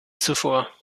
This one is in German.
zuvor